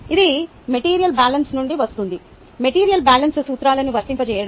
ఇది material balance నుండి వస్తుంది మెటీరియల్ బ్యాలెన్స్ సూత్రాలను వర్తింపజేయడం